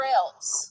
else